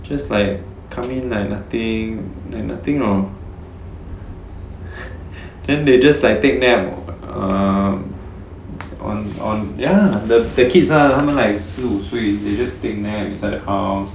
just like come in like nothing like nothing you know then they just like take nap err on on ya the kids lah 他们 like 十五岁 they just take nap inside the house